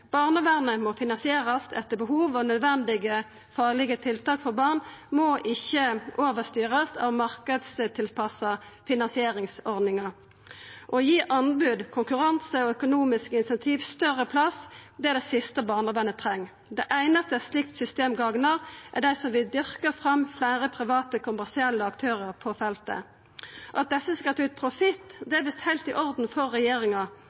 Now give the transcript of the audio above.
barnevernet må finansierast etter behov, og nødvendige faglege tiltak for barn må ikkje overstyrast av marknadstilpassa finansieringsordningar. Å gi anbod, konkurranse og økonomiske incentiv større plass er det siste barnevernet treng. Dei einaste eit slikt system gagnar, er dei som vil dyrka fram fleire private, kommersielle aktørar på feltet. At dei skal ta ut profitt, er visst heilt i orden for regjeringa,